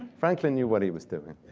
franklin knew what he was doing.